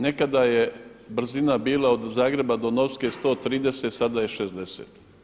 Nekada je brzina bila od Zagreba do Novske 130, sada je 60.